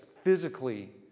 physically